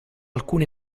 alcune